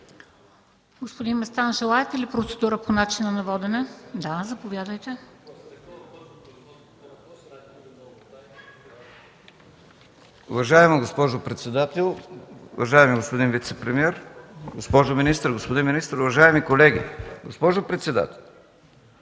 Господин Местан, желаете ли процедура по начина на водене? Заповядайте. ЛЮТВИ МЕСТАН (ДПС): Уважаема госпожо председател, уважаеми господин вицепремиер, госпожо министър, господин министър, уважаеми колеги! Госпожо председател,